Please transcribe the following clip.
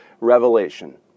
Revelation